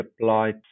applied